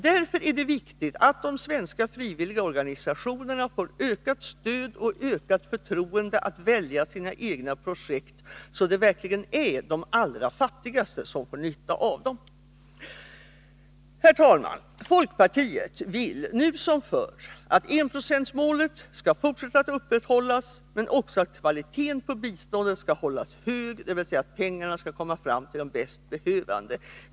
Därför är det viktigt att de svenska frivilliga organisationerna får ökat stöd och ökat förtroende att välja sina egna projekt, så att det verkligen är de allra fattigaste som får nytta av dem. Herr talman! Folkpartiet vill nu som förr att enprocentsmålet skall fortsätta att upprätthållas men också att kvaliteten på biståndet skall hållas hög, dvs. pengarna skall komma fram till de bäst behövande.